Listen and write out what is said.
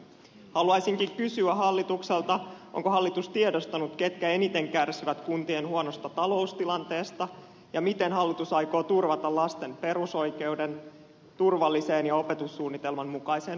haluaisinkin kysyä hallitukselta onko hallitus tiedostanut ketkä eniten kärsivät kuntien huonosta taloustilanteesta ja miten hallitus aikoo turvata lasten perusoikeuden turvalliseen ja opetussuunnitelman mukaiseen opetukseen